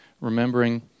remembering